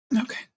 Okay